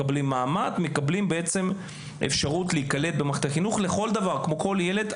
מקבלים מעמד ואפשרות להיקלט במערכת החינוך כמו כל ילד.